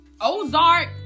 Ozark